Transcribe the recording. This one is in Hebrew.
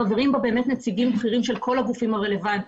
חברים בה באמת נציגים בכירים של כל הגופים הרלוונטיים.